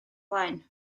blaen